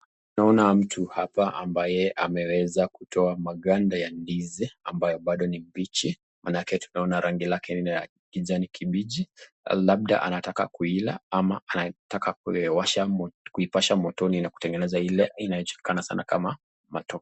Naona mtu hapa ambaye ameweza kutowa maganda ya ndizi, ambayo bado ni mbichi, manake tunaona rangi lake la kijani kibichi, labda anataka kuila ama anataka kuipasha moto ile inayojulikana sana kama matope.